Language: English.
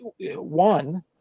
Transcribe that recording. one